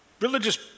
religious